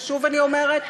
ששוב אני אומרת,